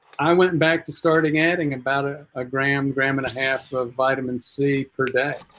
i went back to starting adding about a ah gram gram and a half of vitamin c per day